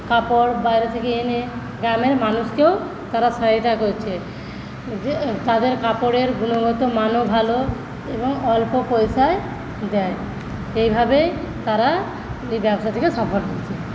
কাপড় বাইরে থেকে এনে গ্রামের মানুষকেও তারা সহায়তা করছে তাদের কাপড়ের গুণগত মানও ভালো এবং অল্প পয়সায় দেয় এইভাবেই তারা এই ব্যবসা থেকে সফল হয়েছে